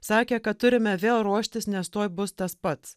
sakė kad turime vėl ruoštis nes tuoj bus tas pats